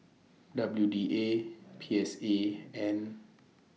W D A P S A and